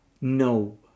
no